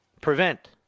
prevent